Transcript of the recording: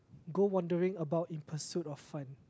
go wandering about in pursuit of fun